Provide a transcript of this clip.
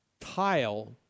tile